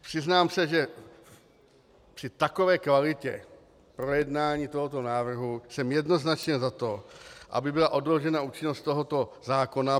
Přiznám se, že při takové kvalitě projednání tohoto návrhu jsem jednoznačně za to, aby byla odložena účinnost tohoto zákona.